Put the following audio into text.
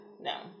no